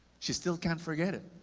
she still can't forget it.